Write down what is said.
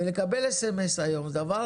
לקבל היום SMS זה דבר